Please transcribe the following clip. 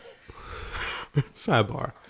Sidebar